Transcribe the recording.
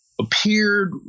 appeared